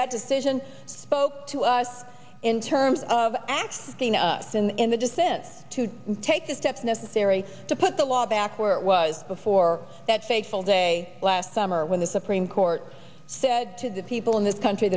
that decision spoke to us in terms of actually getting us in in the descent to take the steps necessary to put the law back where it was before that fateful day last summer when the supreme court said to the people in this country